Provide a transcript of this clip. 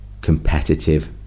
competitive